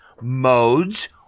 modes